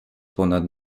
ponad